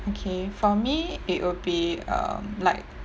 okay for me it would be um like